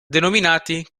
denominati